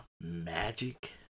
magic